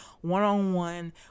one-on-one